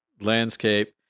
landscape